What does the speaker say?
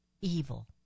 evil